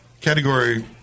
category